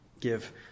Give